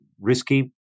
risky